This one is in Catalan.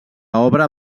obra